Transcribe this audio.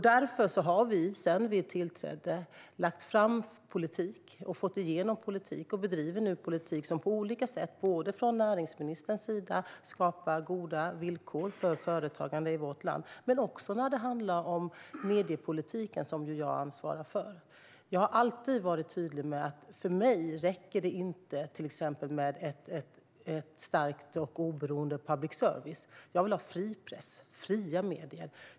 Därför har vi sedan vi tillträdde lagt fram och fått igenom politik som vi nu bedriver och som på olika sätt skapar goda villkor för företagande i vårt land. Det handlar om näringspolitik men också mediepolitik, som jag ansvarar för. Jag har alltid varit tydlig med att för mig räcker det inte med till exempel stark och oberoende public service. Jag vill ha fri press, fria medier.